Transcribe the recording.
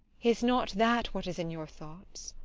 is not that what is in your thoughts?